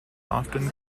often